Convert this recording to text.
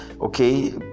okay